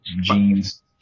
jeans